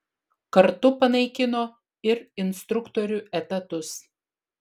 kartu panaikino ir instruktorių etatus